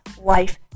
Life